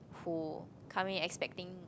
who come in expecting